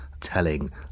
telling